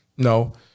No